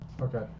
Okay